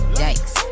yikes